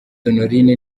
honorine